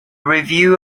review